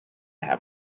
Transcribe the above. have